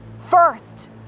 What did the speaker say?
First